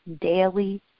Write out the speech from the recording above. daily